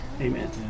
Amen